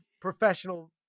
professional